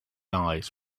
eyes